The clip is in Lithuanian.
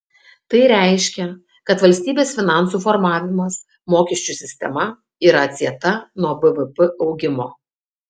tai reiškia kad valstybės finansų formavimas mokesčių sistema yra atsieta nuo bvp augimo